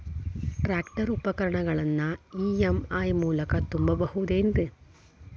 Tractor ಉಪಕರಣಗಳನ್ನು EMI ಮೂಲಕ ತುಂಬಬಹುದ ಏನ್?